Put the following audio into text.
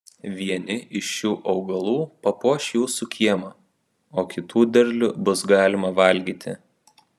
vieni iš šių augalų papuoš jūsų kiemą o kitų derlių bus galima valgyti